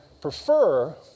prefer